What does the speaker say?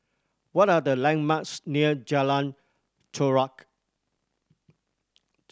what are the landmarks near Jalan Chorak